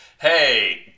hey